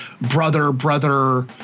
brother-brother